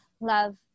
love